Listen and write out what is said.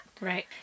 Right